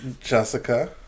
Jessica